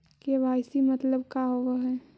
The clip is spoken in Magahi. के.वाई.सी मतलब का होव हइ?